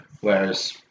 whereas